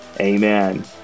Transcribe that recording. Amen